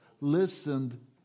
listened